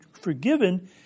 forgiven